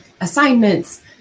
assignments